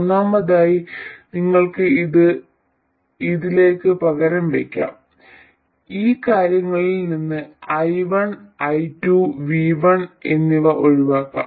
ഒന്നാമതായി നിങ്ങൾക്ക് ഇത് ഇതിലേക്ക് പകരം വയ്ക്കാം ഈ കാര്യങ്ങളിൽ നിന്ന് i1 i2 V1 എന്നിവ ഒഴിവാക്കണം